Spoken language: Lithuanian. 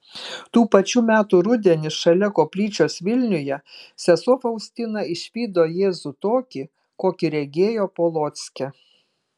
tų pačių metų rudenį šalia koplyčios vilniuje sesuo faustina išvydo jėzų tokį kokį regėjo polocke